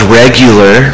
regular